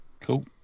Cool